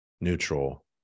neutral